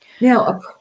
now